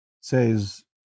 says